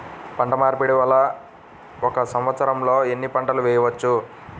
పంటమార్పిడి వలన ఒక్క సంవత్సరంలో ఎన్ని పంటలు వేయవచ్చు?